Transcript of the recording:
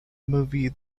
movie